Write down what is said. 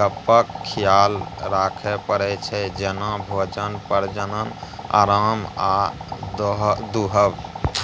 गप्पक खियाल राखय परै छै जेना भोजन, प्रजनन, आराम आ दुहब